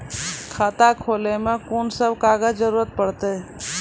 खाता खोलै मे कून सब कागजात जरूरत परतै?